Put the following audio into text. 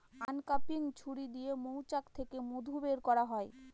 uncapping ছুরি দিয়ে মৌচাক থেকে মধু বের করা হয়